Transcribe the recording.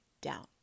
down